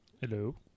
Hello